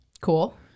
cool